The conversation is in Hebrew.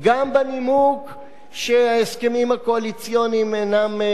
שההסכמים הקואליציוניים אינם מתירים לנגוע בזה.